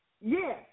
Yes